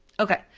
okay,